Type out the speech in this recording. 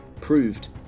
proved